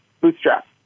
bootstrap